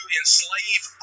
enslave